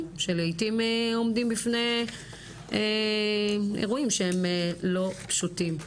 שלעיתים עומדים בפני אירועים שהם לא פשוטים.